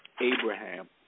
Abraham